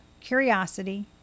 curiosity